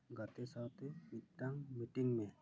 ᱜᱟᱛᱮ ᱥᱟᱶᱛᱮ ᱢᱤᱫᱴᱟᱝ ᱢᱤᱴᱤᱝ ᱢᱮ